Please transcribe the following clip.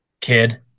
kid